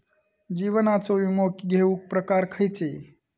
जीवनाचो विमो घेऊक प्रकार खैचे?